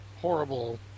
horrible